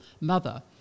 mother